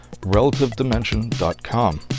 relativedimension.com